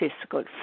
physical